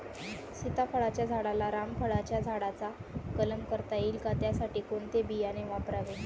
सीताफळाच्या झाडाला रामफळाच्या झाडाचा कलम करता येईल का, त्यासाठी कोणते बियाणे वापरावे?